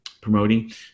promoting